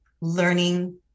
learning